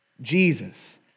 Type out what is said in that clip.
Jesus